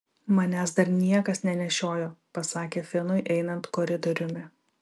manęs dar niekas nenešiojo pasakė finui einant koridoriumi